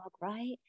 right